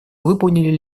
выполнили